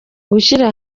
gushyira